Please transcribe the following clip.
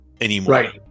anymore